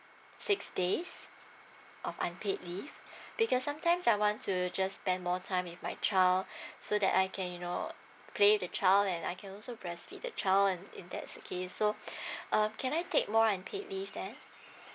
six days of unpaid leave because sometimes I want to just spend more time with my child so that I can you know play with the child and I can also press be the child and in that's the case so uh can I take more unpaid leave then